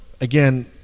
again